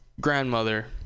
grandmother